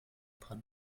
paar